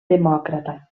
demòcrata